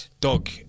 Dog